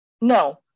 no